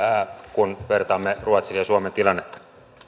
kun vertaamme ruotsin ja suomen tilannetta